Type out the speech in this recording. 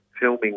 filming